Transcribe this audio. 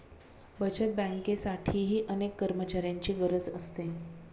बचत बँकेसाठीही अनेक कर्मचाऱ्यांची गरज असते